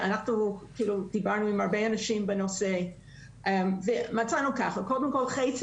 דיברנו עם הרבה אנשים בנושא ומצאנו שחצי